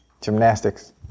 Gymnastics